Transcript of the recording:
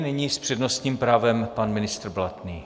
Nyní s přednostním právem pan ministr Blatný.